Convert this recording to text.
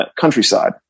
countryside